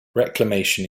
reclamation